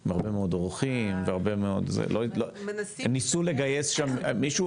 עם הרבה מאוד אורחים, ניסו לגייס שם מישהו?